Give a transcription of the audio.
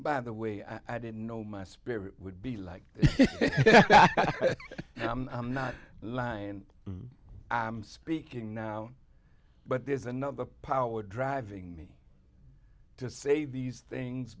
by the way i didn't know my spirit would be like i'm not line i'm speaking now but there's another power driving me to say these things